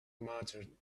mattered